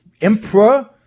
emperor